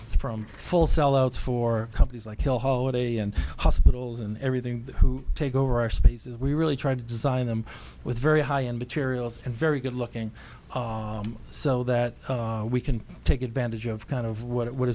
from full sell outs for companies like hill holiday and hospitals and everything who take over our spaces we really try to design them with very high end materials and very good looking so that we can take advantage of kind of what